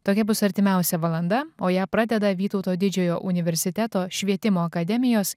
tokia bus artimiausia valanda o ją pradeda vytauto didžiojo universiteto švietimo akademijos